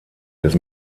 des